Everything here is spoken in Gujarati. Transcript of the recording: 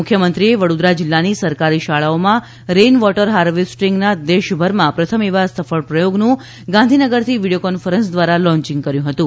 મુખ્યમંત્રીશ્રીએ વડોદરા જિલ્લાની સરકારી શાળાઓમાં રેઇન વોટર હાર્વેસ્ટીંગના દેશભરમાં પ્રથમ એવા સફળ પ્રયોગનું ગાંધીનગરથી વિડીયો કોન્ફરન્સ દ્વારા લોન્ચીંગ કર્યું હતું